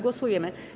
Głosujemy.